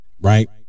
right